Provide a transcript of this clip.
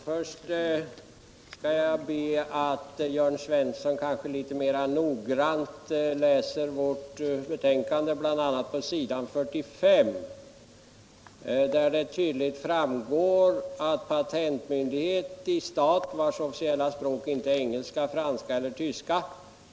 Herr talman! Först vill jag be Jörn Svensson att litet mera noggrant läsa betänkandet, bl.a. på s. 45 där det tydligt står att patentmyndighet ”i stat, vars officiella språk inte är engelska, franska eller tyska.